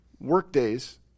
workdays